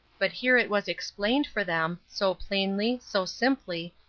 but here it was explained for them, so plainly, so simply,